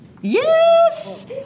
Yes